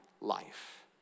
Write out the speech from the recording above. life